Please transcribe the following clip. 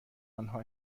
آنها